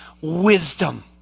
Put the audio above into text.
wisdom